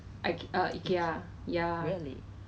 then after that err because